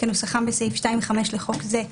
כנוסחם בסעיף 2(5) לחוק זה,